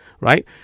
right